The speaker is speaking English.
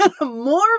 More